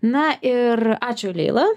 na ir ačiū leila